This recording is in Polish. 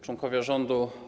Członkowie Rządu!